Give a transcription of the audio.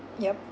yup